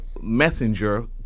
messenger